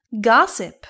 Gossip